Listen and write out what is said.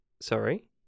Sorry